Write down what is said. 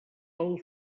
pel